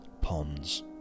ponds